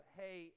hey